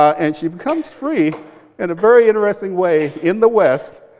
and she becomes free in a very interesting way in the west